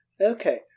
Okay